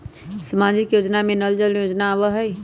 सामाजिक योजना में नल जल योजना आवहई?